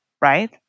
right